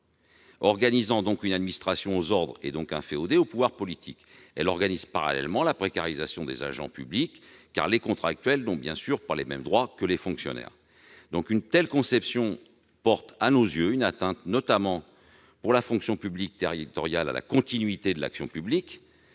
organisant une administration aux ordres et donc inféodée au pouvoir politique. Il organise parallèlement la précarisation des agents publics, car les contractuels n'ont bien sûr pas les mêmes droits que les fonctionnaires. Une telle conception porte atteinte, notamment pour la fonction publique territoriale, à la continuité de l'action publique.